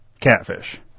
catfish